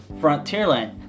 Frontierland